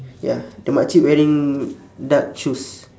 ya the mak cik wearing dark shoes